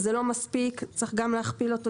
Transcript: זה לא מספיק וצריך להכפיל אותו.